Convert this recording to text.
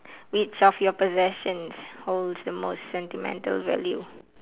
which of your possessions holds the most sentimental value